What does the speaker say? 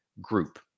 group